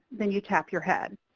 then you tap your head.